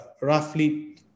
roughly